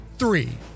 Three